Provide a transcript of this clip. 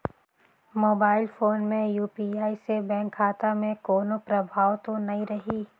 Mobile phone मे UPI से bank खाता मे कोनो प्रभाव तो नइ रही?